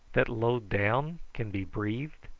that low down can be breathed?